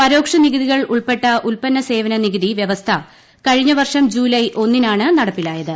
പരോക്ഷ നികുതികൾ ഉൾപ്പെട്ട ഉല്പന്ന സേവന നികുതി വ്യവസ്ഥ കഴിഞ്ഞ വർഷം ജൂലൈ ഒന്നിനാണ് നടപ്പിലായത്